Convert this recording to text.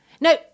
No